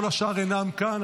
כל השאר אינם כאן.